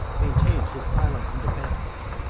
maintained his silent independence,